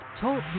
Talk